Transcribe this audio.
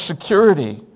security